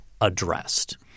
addressed